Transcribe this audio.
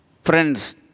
Friends